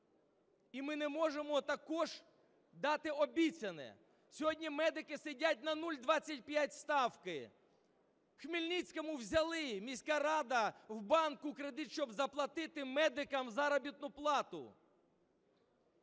і ми не можемо також дати обіцяне. Сьогодні медики сидять на 0,25 ставки. В Хмельницькому взяли, міська рада, в банку кредит, щоб заплатити медикам заробітну плату.